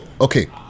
okay